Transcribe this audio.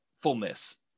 Fullness